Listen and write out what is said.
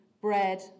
bread